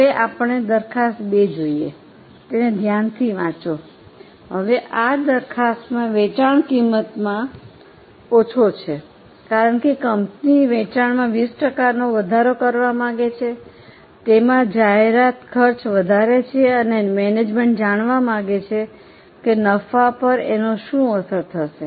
હવે આપણે દરખાસ્ત 2 જોઈએ તેને ધ્યાનથી વાંચો હવે આ દરખાસ્તમાં વેચાણ કિંમતમાં ઓછું છે કારણ કે કંપની વેચાણમાં 20 ટકાનો વધારો કરવા માંગે છે તેમાં જાહેરાત ખર્ચ વધારે છે અને મેનેજમેન્ટ જાણવા માંગે છે નફા પર એનો શું અસર થશે